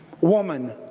Woman